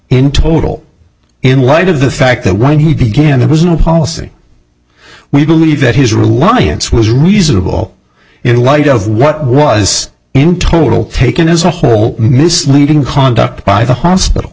in total in light of the fact that when he began there was no policy we believe that his reliance was reasonable in light of what was in total taken as a whole misleading conduct by the hospital